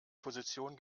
position